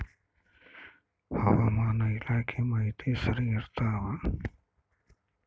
ಹವಾಮಾನ ಇಲಾಖೆ ಮಾಹಿತಿ ಸರಿ ಇರ್ತವ?